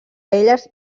elles